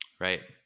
right